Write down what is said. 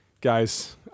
guys